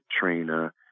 trainer